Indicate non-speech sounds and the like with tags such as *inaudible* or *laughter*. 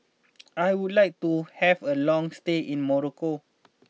*noise* I would like to have a long stay in Morocco